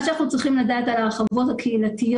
מה שאנחנו צריכים לדעת על ההרחבות הקהילתיות,